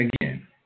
again